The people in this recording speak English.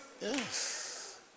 Yes